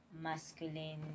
masculine